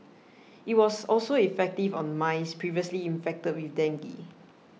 it was also effective on mice previously infected with dengue